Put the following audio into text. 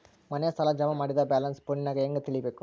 ಮನೆ ಸಾಲ ಜಮಾ ಮಾಡಿದ ಬ್ಯಾಲೆನ್ಸ್ ಫೋನಿನಾಗ ಹೆಂಗ ತಿಳೇಬೇಕು?